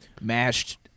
mashed